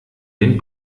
den